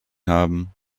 haben